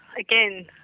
again